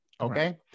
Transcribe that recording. okay